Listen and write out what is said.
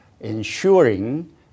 ensuring